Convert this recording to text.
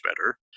better